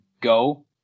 go